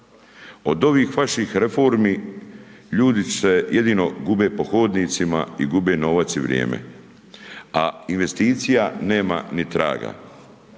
Od ovih vaših reformi ljudi su se jedinio gube po hodnicima i gube novac i vrijeme, a investicija nema ni traga.